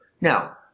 Now